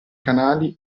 canali